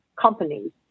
companies